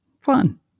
Fun